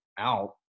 out